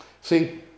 See